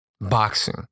boxing